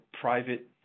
private